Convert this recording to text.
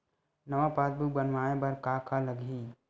नवा पासबुक बनवाय बर का का लगही?